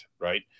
right